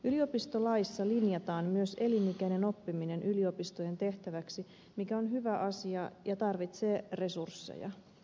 yliopistolaissa linjataan myös elinikäinen oppiminen yliopistojen tehtäväksi mikä on hyvä asia ja tarvitsee resursseja